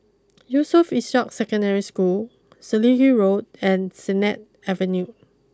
Yusof Ishak Secondary School Selegie Road and Sennett Avenue